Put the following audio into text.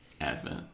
advent